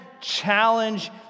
challenge